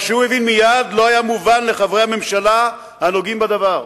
מה שהוא הבין מייד לא היה מובן לחברי הממשלה הנוגעים בדבר.